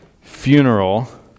funeral